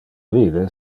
vide